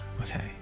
okay